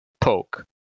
poke